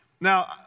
Now